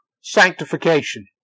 sanctification